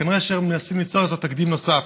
כנראה מנסים ליצור אצלו תקדים נוסף.